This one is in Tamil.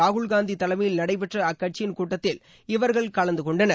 ராகுல்காந்தி தலைமயில் நடைபெற்ற அக்கட்சியின் கூட்டத்தில் இவர்கள் கலந்து கொண்டனர்